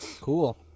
cool